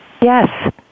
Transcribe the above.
Yes